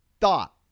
thought